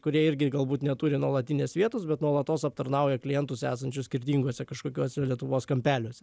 kurie irgi galbūt neturi nuolatinės vietos bet nuolatos aptarnauja klientus esančių skirtinguose kažkokiuos lietuvos kampeliuose